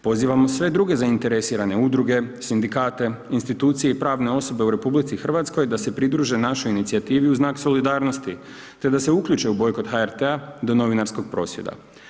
Pozivamo sve druge zainteresirane, udruge, sindikate, institucije i pravne osobe u RH, da se pridruže našoj inicijativi u znak solidarnosti te da se uključe u bojkot HRT-a do novinarskog prosvjeda.